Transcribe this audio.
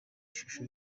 ishusho